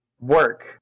work